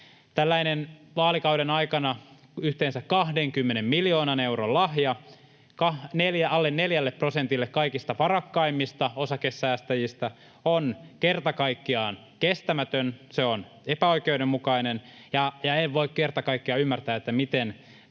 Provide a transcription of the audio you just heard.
Tällainen vaalikauden aikana yhteensä 20 miljoonan euron lahja alle neljälle prosentille kaikista varakkaimmista osakesäästäjistä on kerta kaikkiaan kestämätön, se on epäoikeudenmukainen, ja en voi kerta kaikkiaan ymmärtää, miten